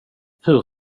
hur